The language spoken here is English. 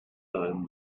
time